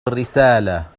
الرسالة